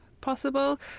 possible